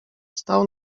stał